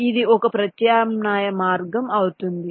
కాబట్టి ఇది ఒక ప్రత్యామ్నాయ మార్గం అవుతుంది